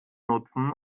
nutzen